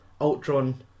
Ultron